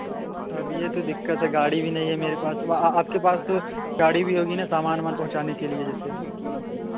अब यह तो दिक्कत है गाड़ी भी नहीं है मेरे पास आपके पास गाड़ी भी होगी ना सामान उमान पहुँचाने के लिए जैसे